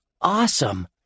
Awesome